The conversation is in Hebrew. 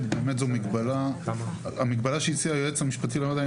המגבלה שהציע היועץ המשפטי לוועדה,